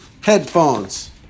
headphones